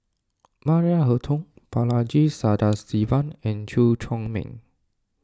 Maria Hertogh Balaji Sadasivan and Chew Chor Meng